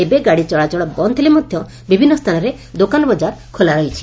ଏବେ ଗାଡ଼ି ଚଳାଚଳ ବନ୍ଦ ଥିଲେ ମଧ୍ଧ ବିଭିନ୍ନ ସ୍ସାନରେ ଦୋକାନ ବଜାର ଖୋଲା ରହିଛି